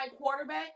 quarterback